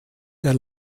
der